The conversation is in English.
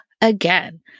again